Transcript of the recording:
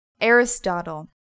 Aristotle